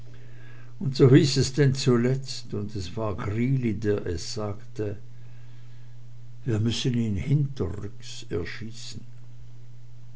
und so hieß es denn zuletzt und es war greeley der es sagte wir müssen ihn hinterrücks erschießen